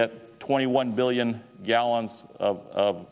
get twenty one billion gallons of